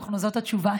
זאת התשובה,